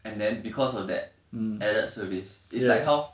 and then because of that added service it's like how